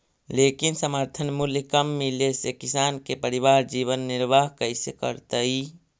लेकिन समर्थन मूल्य कम मिले से किसान के परिवार जीवन निर्वाह कइसे करतइ?